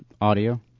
audio